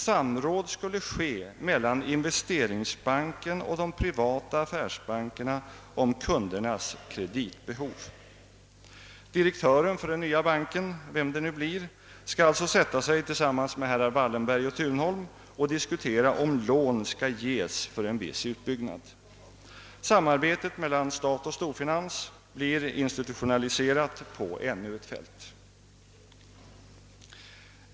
Samråd skulle ske mellan investeringsbanken och de privata affärsbankerna om kundernas kreditbehov. Direktören för den nya banken, vem det nu blir, skall alltså sätta sig tillsammans med herrar Wallenberg och Thunholm och diskutera om lån skall ges för en viss utbyggnad. Samarbetet mellan stat och storfinans blir institutionaliserat på ännu ett fält.